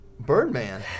Birdman